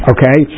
Okay